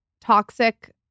toxic